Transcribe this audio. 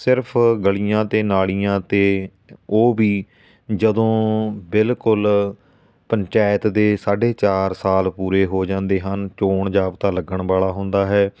ਸਿਰਫ ਗਲੀਆਂ ਅਤੇ ਨਾਲੀਆਂ 'ਤੇ ਉਹ ਵੀ ਜਦੋਂ ਬਿਲਕੁਲ ਪੰਚਾਇਤ ਦੇ ਸਾਢੇ ਚਾਰ ਸਾਲ ਪੂਰੇ ਹੋ ਜਾਂਦੇ ਹਨ ਚੋਣ ਜਾਬਤਾ ਲੱਗਣ ਵਾਲਾ ਹੁੰਦਾ ਹੈ